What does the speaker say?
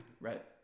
Right